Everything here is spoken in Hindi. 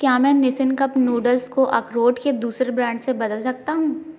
क्या मैं निसिन कप नूडल्स को अखरोट के दूसरे ब्रांड से बदल सकता हूँ